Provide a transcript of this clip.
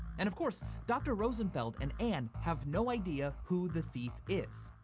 and, of course, dr. rosenfeld and anne have no idea who the thief is.